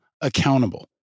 accountable